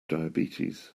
diabetes